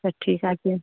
তা ঠিক আছে